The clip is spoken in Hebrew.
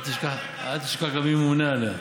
אל תשכח גם מי ממונה עליה.